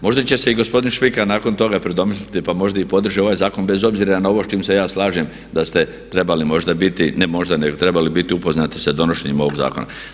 Možda će se i gospodin Špika nakon toga predomisliti pa možda i podrži ovaj zakon bez obzira na ovo s čim se ja slažem da ste trebali možda biti, ne možda nego trebali biti upoznati sa donošenjem ovog zakona.